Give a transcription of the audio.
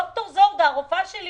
ד"ר זורדה הרופאה שלי